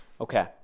Okay